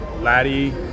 Laddie